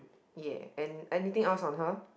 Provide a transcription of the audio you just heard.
ya and and anything else on her